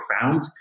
profound